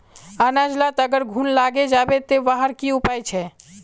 अनाज लात अगर घुन लागे जाबे ते वहार की उपाय छे?